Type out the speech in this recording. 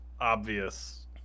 obvious